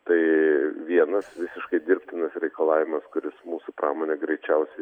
tai vienas visiškai dirbtinas reikalavimas kuris mūsų pramonę greičiausiai